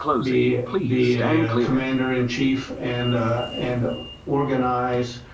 be be a commander in chief and and organize